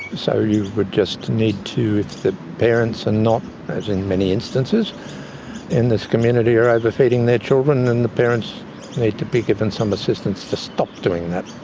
so you would just need to, if the parents are not, as in many instances in this community, are overfeeding their children, then and the parents need to be given some assistance to stop doing that.